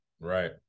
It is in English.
Right